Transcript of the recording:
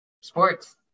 Sports